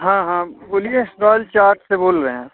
हाँ हाँ बोलिए रॉयल चाट से बोल रहे हैं